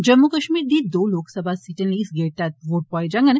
जम्मू कश्मीर दी दो लोकसभा सीटें लेई इस गेड़ तैहत वोट पोआए जागंन